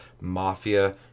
mafia